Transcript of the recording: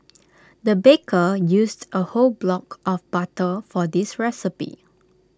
the baker used A whole block of butter for this recipe